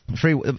Free